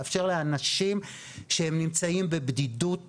לאפשר אותה לאנשים שהם נמצאים בבדידות